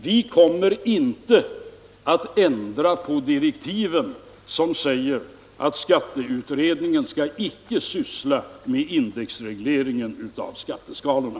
Vi kommer inte att ändra på de direktiv som säger att skatteutredningen inte skall syssla med indexregleringen av skatteskalorna.